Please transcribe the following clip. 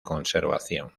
conservación